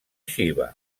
xiva